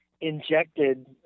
injected